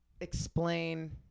explain